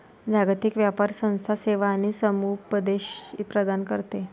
जागतिक व्यापार संस्था सेवा आणि समुपदेशन प्रदान करते